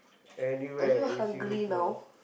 anywhere in Singapore